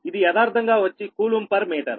ఇది యదార్థంగా వచ్చి కులూంబ్ పర్ మీటర్